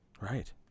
right